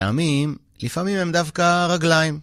טעמים, לפעמים הם דווקא רגליים.